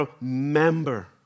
remember